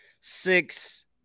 six